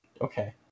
Okay